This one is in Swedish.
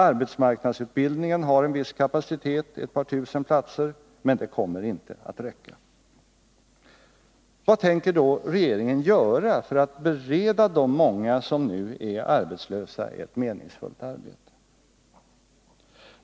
Arbetsmarknadsutbildningen har en viss kapacitet, ett par tusen platser, men det kommer inte att räcka.” Vad tänker regeringen göra för att bereda de många som nu är arbetslösa ett meningsfullt arbete?